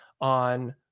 on